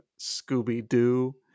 Scooby-Doo